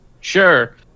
sure